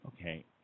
okay